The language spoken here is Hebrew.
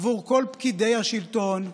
עבור כל פקידי השלטון,